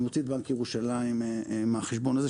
אני מוציא את בנק ירושלים מהחשבון הזה,